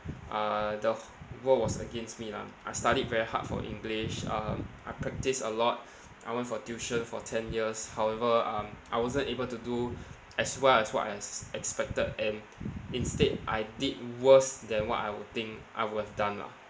uh the wh~ world was against me lah I studied very hard for english um I practiced a lot I went for tuition for ten years however um I wasn't able to do as well as what I expected and instead I did worse than what I would think I would have done lah